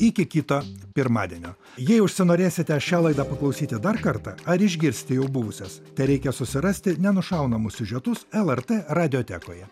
iki kito pirmadienio jei užsinorėsite šią laidą paklausyti dar kartą ar išgirsti jau buvusias tereikia susirasti nenušaunamus siužetus lrt radijotekoje